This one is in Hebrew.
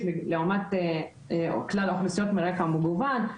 לעומת כלל האוכלוסיות מרקע מגוון.